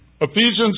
Ephesians